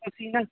ਅਸੀਂ ਨਾ